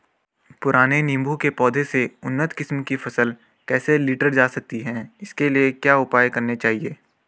पुराने नीबूं के पौधें से उन्नत किस्म की फसल कैसे लीटर जा सकती है इसके लिए क्या उपाय करने चाहिए?